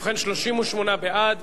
ובכן, 38 בעד,